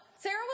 Sarah